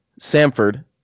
Samford